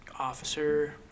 officer